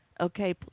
okay